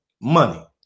money